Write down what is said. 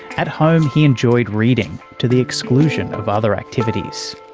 at home, he enjoyed reading, to the exclusion of other activities.